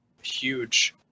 huge